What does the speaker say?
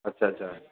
अच्छा अच्छा